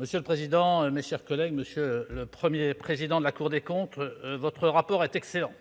La parole est à M. Vincent Delahaye. Monsieur le Premier président de la Cour des comptes, votre rapport est excellent !